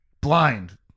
blind